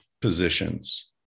positions